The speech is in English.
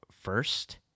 first